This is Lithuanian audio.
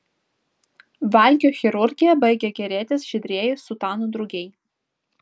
valgio chirurgija baigė gėrėtis žydrieji sutanų drugiai